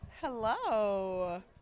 Hello